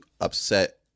upset